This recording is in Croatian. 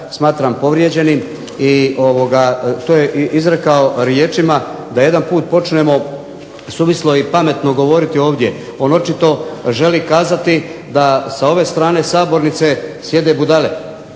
smatram povrijeđenim i to je izrekao riječima da jedanput počnemo suvislo i pametno govoriti ovdje, on očito želi kazati da se ove strane sabornice sjede budale